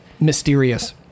mysterious